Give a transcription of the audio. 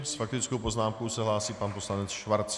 S faktickou poznámkou se hlásí pan poslanec Schwarz.